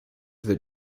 that